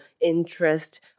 interest